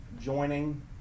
joining